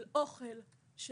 של אוכל,